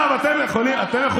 עכשיו אתם יכולים,